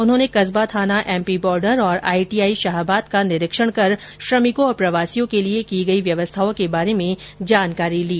उन्होंने कस्वा थाना एमपी बॉर्डर और आईटीआई शाहबाद का निरीक्षण कर श्रमिकों और प्रवासियों के लिए की गई व्यवस्थाओं के बारे में जानकारी ली